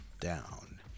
down